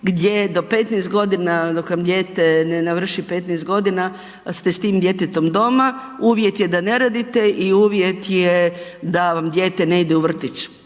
je do 15 godina dok vam dijete ne navrši 15 godina ste s tim djetetom doma. Uvjet je da ne radite i uvjet je da vam dijete ne ide u vrtić.